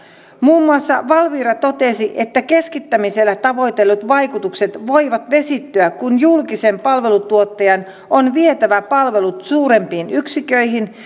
muun muassa valvira totesi että keskittämisellä tavoitellut vaikutukset voivat vesittyä kun julkisen palveluntuottajan on vietävä palvelut suurempiin yksiköihin